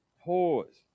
pause